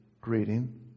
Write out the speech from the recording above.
greeting